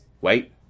Wait